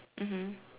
mmhmm